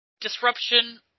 disruption